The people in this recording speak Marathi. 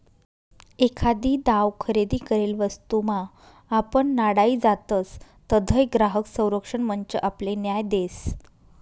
एखादी दाव खरेदी करेल वस्तूमा आपण नाडाई जातसं तधय ग्राहक संरक्षण मंच आपले न्याय देस